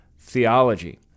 theology